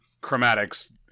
chromatics